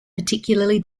particularly